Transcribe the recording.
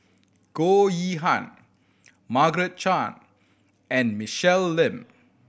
Goh Yihan Margaret Chan and Michelle Lim